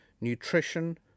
nutrition